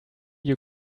you